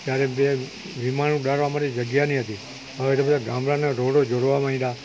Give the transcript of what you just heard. ત્યારે બે વિમાન ઉડાડવા માટે જગ્યા નહીં હતી હવે તો બધાં ગામડાના રોડ જોડાવા મંડ્યા